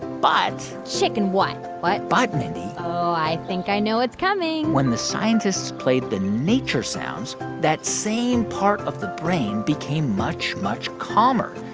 but. chicken what? but, mindy. oh, i think i know what's coming when the scientists played the nature sounds, that same part of the brain became much, much calmer.